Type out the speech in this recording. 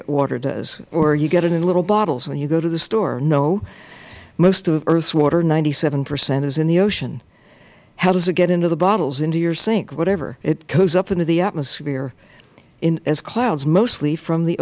ot water does or you get it in little bottles when you go to the store most of earth's water ninety seven percent is in the ocean how does it get into the bottles into your sink whatever it goes up into the atmosphere as clouds mostly from the